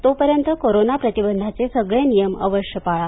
तोपर्यंत कोरोना प्रतिबंधाचे सगळे नियम अवश्य पाळा